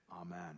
Amen